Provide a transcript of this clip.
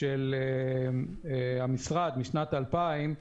של המשרד משנת 2000,